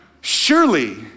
surely